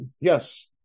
yes